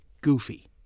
goofy